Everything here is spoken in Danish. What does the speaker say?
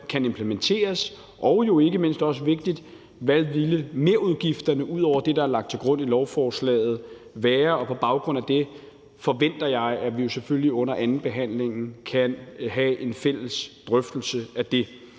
kan implementeres, og hvad der jo ikke mindst også er vigtigt, nemlig hvad merudgifterne ud over det, der er lagt til grund i lovforslaget, ville være. På baggrund af det forventer jeg, at vi jo selvfølgelig under andenbehandlingen kan have en fælles drøftelse af det.